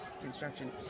construction